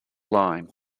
line